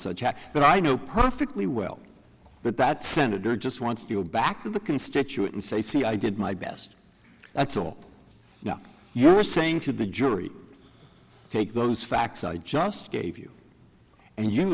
such but i know perfectly well but that senator just wants to go back to the constituent and say see i did my best that's all you're saying to the jury take those facts i just gave you and you